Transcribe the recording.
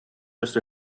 just